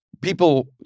people